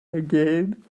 again